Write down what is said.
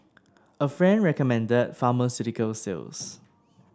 a friend recommended pharmaceutical sales